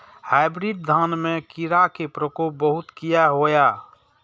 Hybrid धान में कीरा के प्रकोप बहुत किया होया?